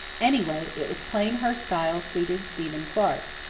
anyway, it was plain her style suited stephen clark.